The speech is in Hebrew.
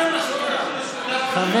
חבר